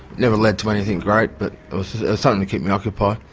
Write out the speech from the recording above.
never led to anything great but it was something to keep my occupied.